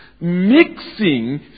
mixing